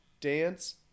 dance